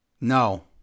No